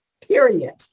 period